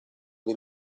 dei